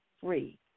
free